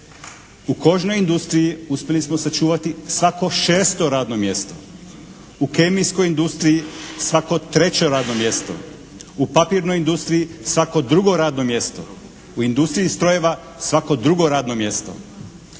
U kožnoj industriji uspjeli smo sačuvati svako šesto radno mjesto. U kemijskoj industriji svako treće radno mjesto. U papirnoj industriji svako drugo radno mjesto. U industriji strojeva svako drugo radno mjesto.